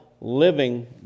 living